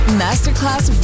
masterclass